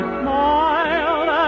smiled